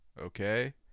okay